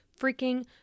freaking